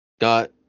got –